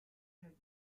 jolie